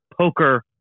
Poker